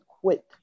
quit